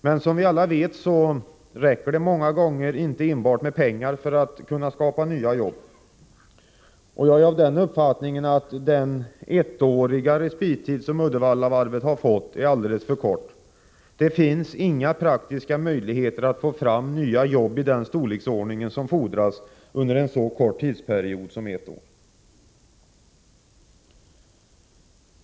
Men som vi alla vet räcker det många gånger inte med enbart pengar för att kunna skapa nya jobb. Jag är av den uppfattningen att den ettåriga respittid som Uddevallavarvet har fått är alldeles för kort. Det finns inga praktiska möjligheter att få fram nya jobb i den omfattning som fordras under en så kort tidsperiod som ett år.